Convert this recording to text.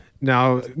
Now